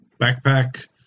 Backpack